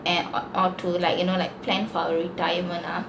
and or or to like you know like plan for a retirement ah